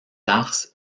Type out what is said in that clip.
tarse